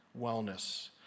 wellness